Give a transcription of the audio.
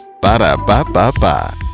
Ba-da-ba-ba-ba